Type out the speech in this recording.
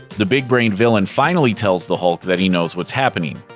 the big-brained villain finally tells the hulk that he knows what's happening.